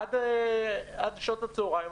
עד שעות הצהריים,